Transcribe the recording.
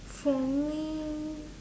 for me